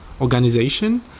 organization